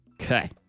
Okay